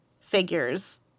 figures